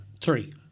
Three